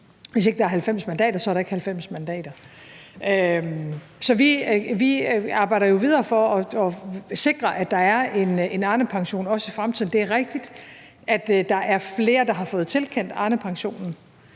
hvis ikke der er 90 mandater, så er der ikke 90 mandater. Så vi arbejder jo videre for at sikre, at der også er en Arnepension i fremtiden. Det er rigtigt, at der er flere, der har fået tilkendt Arnepensionen,